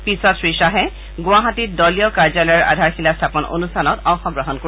পিচত শ্ৰীশ্বাহে গুৱাহাটীত দলীয় কাৰ্যালয়ৰ আধাৰশিলা স্থাপন অনুষ্ঠানত অংশগ্ৰহণ কৰিব